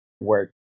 work